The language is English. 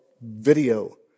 video